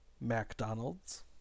McDonald's